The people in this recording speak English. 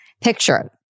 picture